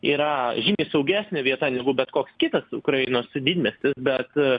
yra žymiai saugesnė vieta negu bet koks kitas ukrainos didmiestis bet